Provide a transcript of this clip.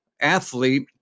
athlete